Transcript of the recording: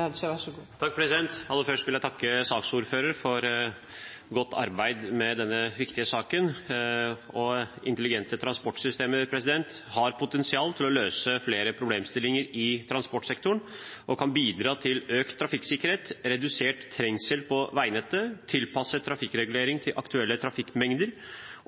Aller først vil jeg takke saksordføreren for godt arbeid med denne viktige saken. Intelligente transportsystemer har potensial til å løse flere problemstillinger i transportsektoren og kan bidra til økt trafikksikkerhet, redusert trengsel på veinettet, tilpasset trafikkregulering til aktuelle trafikkmengder